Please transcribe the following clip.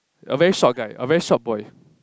a very short guy a very short boy